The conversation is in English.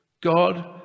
God